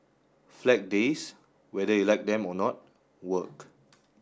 flag days whether you like them or not work